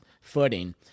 footing